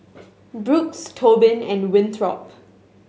Brooks Tobin and Winthrop